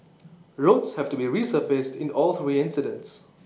roads have to be resurfaced in all three incidents